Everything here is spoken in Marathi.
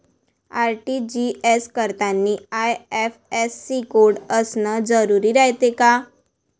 आर.टी.जी.एस करतांनी आय.एफ.एस.सी कोड असन जरुरी रायते का?